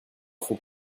sont